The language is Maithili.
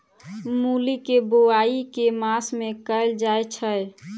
मूली केँ बोआई केँ मास मे कैल जाएँ छैय?